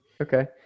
Okay